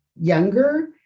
younger